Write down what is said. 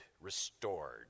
restored